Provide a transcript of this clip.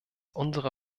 unsere